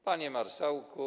Panie Marszałku!